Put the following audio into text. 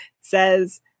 says